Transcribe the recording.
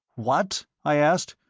what? i asked,